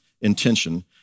intention